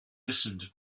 listened